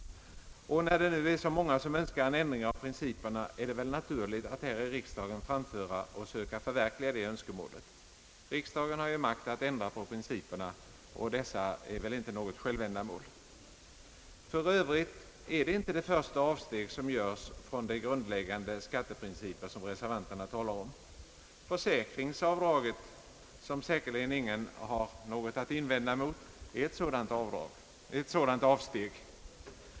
När nu så många önskar en ändring av principerna är det väl naturligt att här i riksdagen framföra och söka förverkliga det önskemålet. Riksdagen har ju makt att ändra på principerna, och dessa är väl inte något självändamål. För övrigt är det inte det första avsteg som görs från de grundläggande skatteprinciper som reservanterna talar om. Försäkringsavdraget, som säkerligen ingen har något att invända mot, innebär ett sådant avsteg.